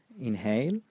Inhale